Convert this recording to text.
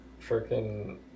freaking